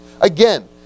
Again